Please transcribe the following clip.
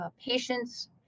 patients